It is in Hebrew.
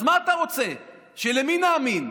אז מה אתה רוצה, למי נאמין?